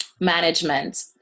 management